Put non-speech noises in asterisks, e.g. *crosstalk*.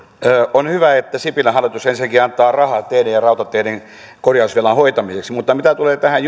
on hyvä että sipilän hallitus ensinnäkin antaa rahaa teiden ja rautateiden korjausvelan hoitamiseksi mutta mitä tulee tähän *unintelligible*